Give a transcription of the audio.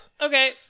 Okay